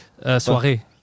soirée